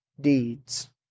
deeds